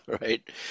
Right